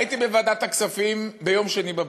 הייתי בוועדת הכספים ביום שני בבוקר,